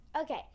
Okay